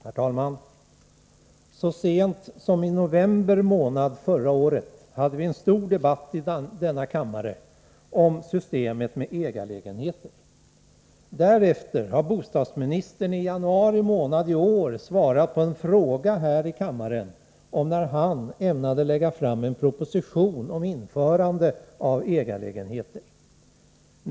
Herr talman! Så sent som i november månad förra året hade vi en stor debatt i denna kammare om systemet med ägarlägenheter. Därefter har bostadsministern i januari månad i år svarat på en fråga här i kammaren om när han ämnar lägga fram en proposition om införandet av ägarlägenheter.